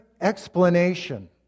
explanation